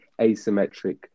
asymmetric